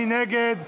מי נגד?